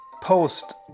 post